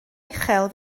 uchel